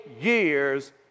years